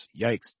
yikes